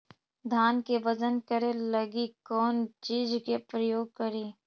धान के बजन करे लगी कौन चिज के प्रयोग करि?